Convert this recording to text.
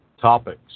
topics